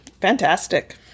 Fantastic